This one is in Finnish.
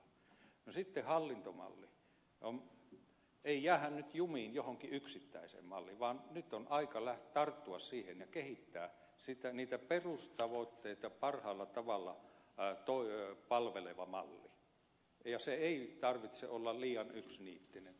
ei jäädä nyt jumiin johonkin yksittäiseen malliin vaan nyt on aika tarttua siihen ja kehittää siitä niitä perustavoitteita parhaalla tavalla palveleva malli ja sen ei tarvitse olla liian yksiniittinen